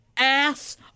ass